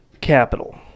capital